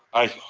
aye.